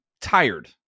tired